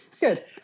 Good